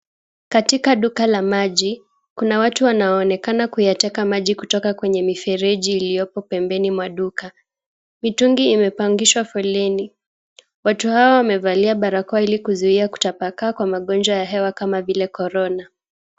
Katika duka la maji, kuna watu wanaoonekana kuyateka maji kutoka kwenye mifereji iliyopo pembeni mwa duka. Mitungi imepangishwa foleni. Watu hawa wamevalia barakoa ili kuzuia kutapakaa kwa magonjwa ya hewa kama vile corona.